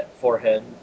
forehead